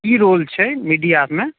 की role छै मीडियामे